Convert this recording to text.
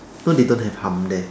no they don't have hum there